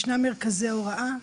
ישנם מרכזי הוראה,